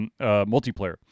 multiplayer